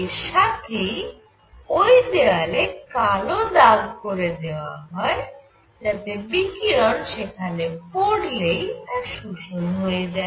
এর সাথেই ওই দেওয়ালে কালো দাগ করে দেওয়া হয় যাতে বিকিরণ সেখানে পড়লেই তা শোষণ হয়ে যায়